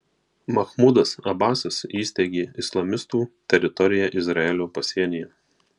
mahmudas abasas įsteigė islamistų teritoriją izraelio pasienyje